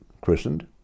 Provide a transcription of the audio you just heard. christened